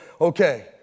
okay